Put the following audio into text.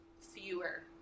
fewer